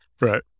Right